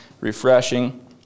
refreshing